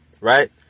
Right